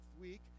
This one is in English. week